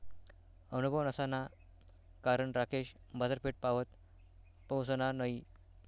अनुभव नसाना कारण राकेश बाजारपेठपावत पहुसना नयी